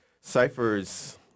ciphers